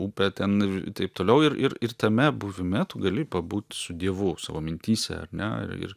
upė ten taip toliau ir ir ir tame buvime tu gali pabūt su dievu savo mintyse ar ne ir